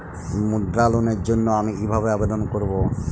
মুদ্রা লোনের জন্য আমি কিভাবে আবেদন করবো?